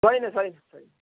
छैन छैन